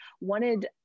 wanted